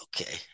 okay